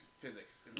physics